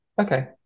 Okay